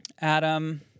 Adam